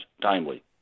timely